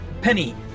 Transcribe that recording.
Penny